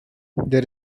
there